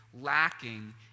lacking